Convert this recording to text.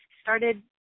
started